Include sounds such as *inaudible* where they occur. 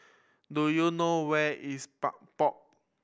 do you know where is *unintelligible* Pod